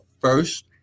first